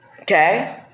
Okay